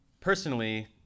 personally